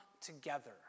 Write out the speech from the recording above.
together